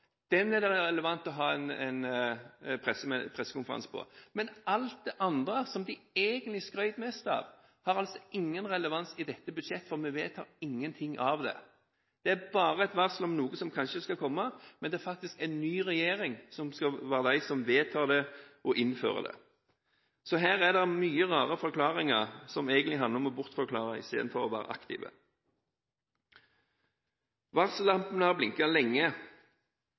Den er det relevant å ha en pressekonferanse om, men alt det andre, som de egentlig skrøt mest av, har ingen relevans i dette budsjettet, for vi vedtar ingenting av det. Det er bare et varsel om noe som kanskje skal komme, men det er faktisk en ny regjering som skal være de som vedtar og innfører det. Her er det mange rare forklaringer, som egentlig handler om å bortforklare istedenfor å være aktiv. Varsellampene har blinket lenge.